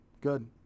good